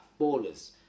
ballers